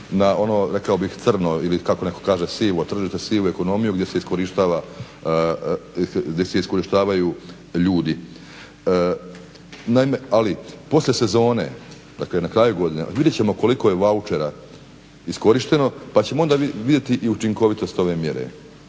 na ono rekao bih crno ili kako netko kaže sivo tržište, sivu ekonomiju gdje se iskorištavaju ljudi. Ali poslije sezone, dakle na kraju godine vidjet ćemo koliko je vauchera iskorišteno pa ćemo onda vidjeti i učinkovitost ove mjere.